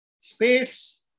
space